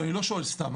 אני לא שואל סתם,